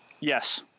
Yes